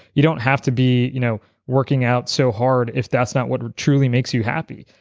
you don't have to be you know working out so hard if that's not what we're truly makes you happy.